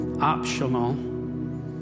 optional